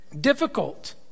difficult